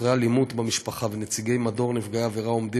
חוקרי אלימות במשפחה ונציגי מדור נפגעי עבירה עומדים